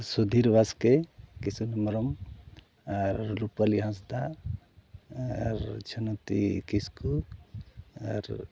ᱥᱩᱫᱷᱤᱨ ᱵᱟᱥᱠᱮ ᱠᱤᱥᱩᱱ ᱦᱮᱢᱵᱨᱚᱢ ᱟᱨ ᱨᱩᱯᱟᱹᱞᱤ ᱦᱟᱸᱥᱫᱟ ᱟᱨ ᱪᱷᱚᱱᱚᱛᱤ ᱠᱤᱥᱠᱩ ᱟᱨ